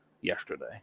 yesterday